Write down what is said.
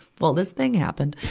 well, this thing happened.